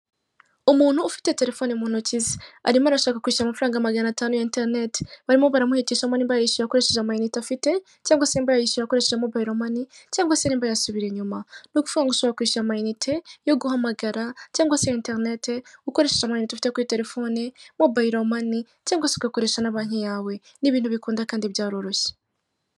Umuntu ufite telefone mu ntoki ze, arimo arashaka kwishyura amafaranga magana atanu ya enterinete, barimo baramuhitisha mo niba yayishyuye akoresheje amayinite afite, cyangwa se nimba yayishyuye akoresheje mobayiro mani, cyangwa se nimba yasubira inyuma, ni ukuvuga ngo ushobora kwishyura amayinite yo guhamagara cyangwa enterinete, ukoresheje amayinite ufite kuri telefone, mobayiro mani, cyangwa se ugakoresha na banki yawe, ni ibintu bikunda kandi byaroroshye.